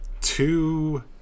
two